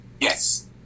Yes